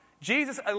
Jesus